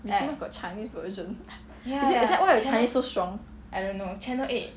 mickey mouse got chinese version is that is that why your chinese so strong